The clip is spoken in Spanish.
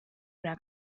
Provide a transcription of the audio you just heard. una